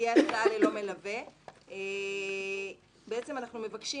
תהיה הסעה ללא מלווה אנחנו מבקשים